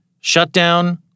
Shutdown